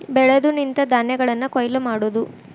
ಬೆಳೆದು ನಿಂತ ಧಾನ್ಯಗಳನ್ನ ಕೊಯ್ಲ ಮಾಡುದು